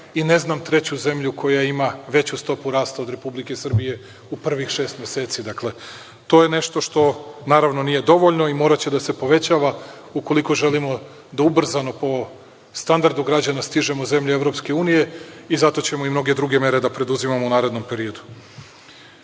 ne znam treću zemlju koja ima veću stopu rasta od Republike Srbije u prvih šest meseci. To je nešto što naravno nije dovoljno, moraće da se povećava ukoliko želimo da ubrzano po standardu građana stižemo zemlje EU i zato ćemo i mnoge druge mere da preduzimamo u narednom periodu. Trend